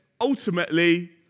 Ultimately